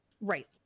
Right